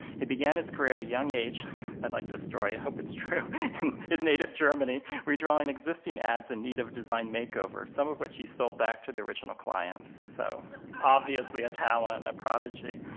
he began his career at a young age i like this story, i hope it's true in his native germany, redrawing existing ads in need of design makeover, some of which he sold back to the original clients. so obviously a talent, a prodigy.